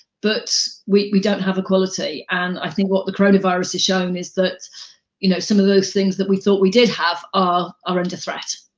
but, we we don't have equality. and i think what the coronavirus has shown is that you know some of those things that we thought we did have are are under threat.